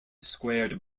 squared